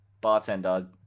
bartender